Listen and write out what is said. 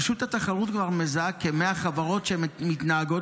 רשות התחרות כבר מזהה כ-100 חברות שמתנהגות